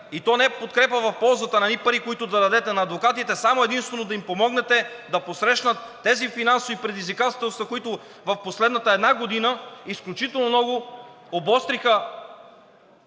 и то не подкрепа в ползата на едни пари, които да дадете на адвокатите, а само и единствено, за да им помогнете да посрещнат тези финансови предизвикателства, които в последната една година изключително много обостриха